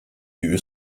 you